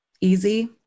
easy